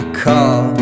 call